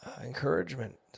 encouragement